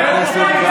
אין פה פריצים.